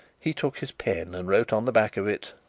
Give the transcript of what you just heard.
he took his pen and wrote on the back of it